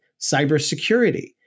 cybersecurity